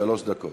שלוש דקות.